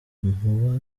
muba